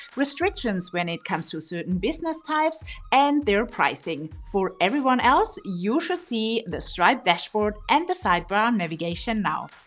restrictions when it comes to certain business types and their pricing. for everyone else, you should see the stripe dashboard and the sidebar navigation now.